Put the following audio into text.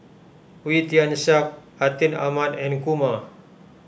Wee Tian Siak Atin Amat and Kumar